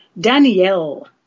Danielle